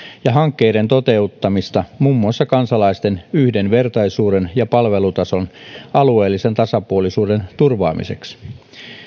ja hankkeiden toteuttamista muun muassa kansalaisten yhdenvertaisuuden ja palvelutason alueellisen tasapuolisuuden turvaamiseksi